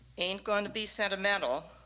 ain't gonna be sentimental.